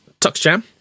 TuxJam